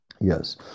Yes